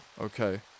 okay